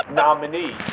nominee